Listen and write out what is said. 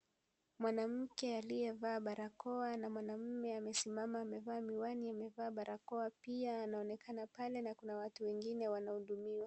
Mwanamke aliyevaa barakoa na mwanaume amesimama, amevaa miwani, amevaa barakoa ,pia anaonekana pale na kuna watu wengine wanahudumiwa.